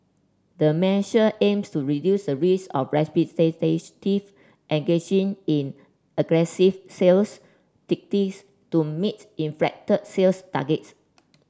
the measure aims to reduce the risk of engaging in aggressive sales tactics to meet inflated sales targets